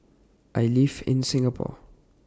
I live in Singapore